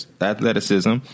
athleticism